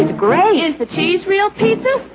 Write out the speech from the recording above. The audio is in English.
is great. the cheese, real pizza.